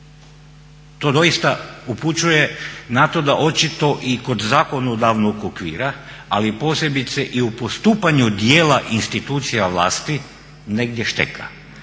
To doista upućuje na to da očito i kod zakonodavnog okvira, ali posebice i u postupanju dijela institucija vlasti negdje šteka.